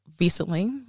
recently